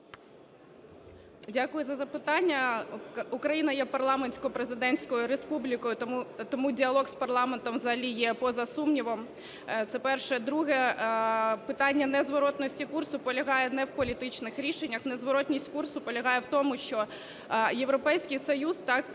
Дякую за запитання. Україна є парламентсько-президентською республікою, тому діалог з парламентом взагалі є поза сумнівом. Це перше. Друге. Питання незворотності курсу полягає не в політичних рішеннях, незворотність курсу полягає в тому, що Європейський Союз та